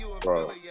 bro